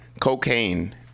Cocaine